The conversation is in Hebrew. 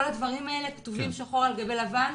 כל הדברים האלה כתובים שחור על גבי לבן.